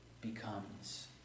becomes